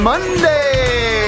Monday